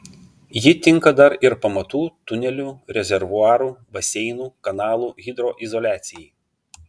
ji tinka dar ir pamatų tunelių rezervuarų baseinų kanalų hidroizoliacijai